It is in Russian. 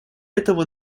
этого